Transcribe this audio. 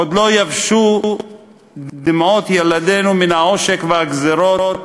עוד לא יבשו דמעות ילדינו מן העושק והגזירות,